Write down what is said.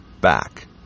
back